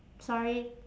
sorry